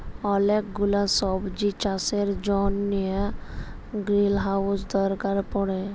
ওলেক গুলা সবজির চাষের জনহ গ্রিলহাউজ দরকার পড়ে